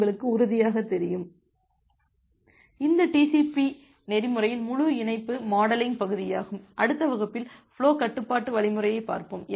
இது TCP நெறிமுறையின் முழு இணைப்பு மாடலிங் பகுதியாகும் அடுத்த வகுப்பில் ஃபுலோ கட்டுப்பாட்டு வழிமுறையைப் பார்ப்போம்